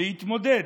להתמודד,